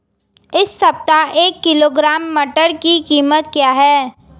इस सप्ताह एक किलोग्राम मटर की कीमत क्या है?